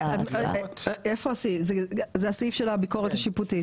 זה הסעיף של הביקורת השיפוטית?